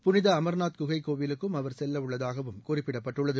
புனித அமர்நாத் குகை கோயிலுக்கும் அவர் செல்லவுள்ளதாகவும் குறிப்பிடப்பட்டுள்ளது